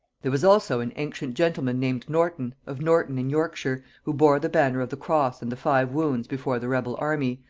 there was also an ancient gentleman named norton, of norton in yorkshire, who bore the banner of the cross and the five wounds before the rebel army,